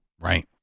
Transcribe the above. Right